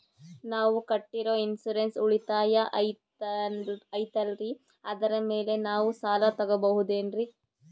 ನಾವು ಕಟ್ಟಿರೋ ಇನ್ಸೂರೆನ್ಸ್ ಉಳಿತಾಯ ಐತಾಲ್ರಿ ಅದರ ಮೇಲೆ ನಾವು ಸಾಲ ತಗೋಬಹುದೇನ್ರಿ?